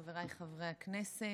חבריי חברי הכנסת,